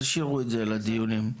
תשאירו את זה לדיונים.